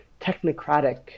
technocratic